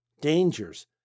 dangers